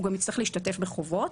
הוא גם יצטרך להשתתף בחובות.